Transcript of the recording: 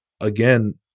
again